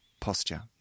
posture